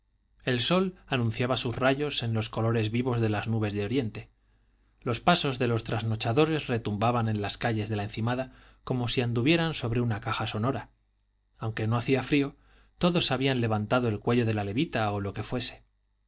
el sol anunciaba sus rayos en los colores vivos de las nubes de oriente los pasos de los trasnochadores retumbaban en las calles de la encimada como si anduvieran sobre una caja sonora aunque no hacía frío todos habían levantado el cuello de la levita o lo que fuese